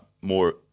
more